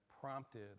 prompted